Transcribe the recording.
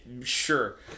sure